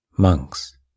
Monks